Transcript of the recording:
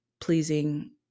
pleasing